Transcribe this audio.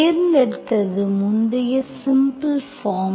தேர்ந்தெடுத்தது முந்தைய simple form